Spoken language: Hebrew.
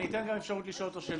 אני אתן גם אפשרות לשאול את השאלות.